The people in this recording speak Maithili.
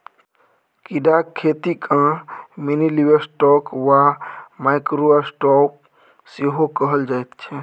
कीड़ाक खेतीकेँ मिनीलिवस्टॉक वा माइक्रो स्टॉक सेहो कहल जाइत छै